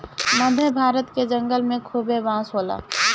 मध्य भारत के जंगल में खूबे बांस होला